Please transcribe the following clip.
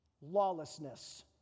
lawlessness